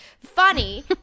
Funny